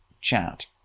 chat